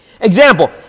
Example